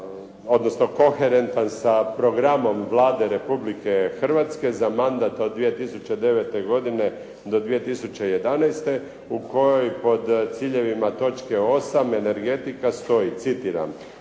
odnosno koherentan sa programom Vlade republike Hrvatske za mandat od 2009. godine do 2011. u kojoj pod ciljevima točke 8. Energetika stoji, citiram: